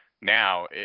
now